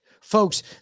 Folks